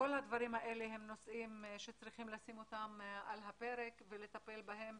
כול הדברים האלה הם נושאים שצריך לשים אותם על הפרק ולטפל בהם,